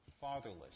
fatherless